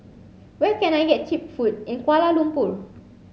where can I get cheap food in Kuala Lumpur